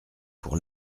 pour